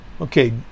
okay